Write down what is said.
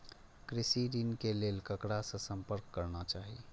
कृषि ऋण के लेल ककरा से संपर्क करना चाही?